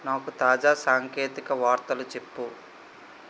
నాకు తాజా సాంకేతిక వార్తలు చెప్పు